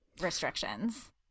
restrictions